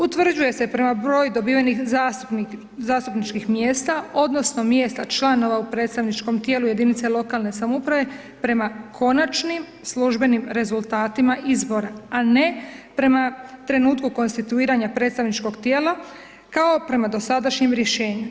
Utvrđuje se prema broju dobivenih zastupničkih mjesta odnosno mjesta članova u predstavničkom tijelu jedinica lokalne samouprave prema konačnim službenim rezultatima izbora, a ne prema trenutku konstituiranja predstavničkog tijela kao prema dosadašnjem rješenju.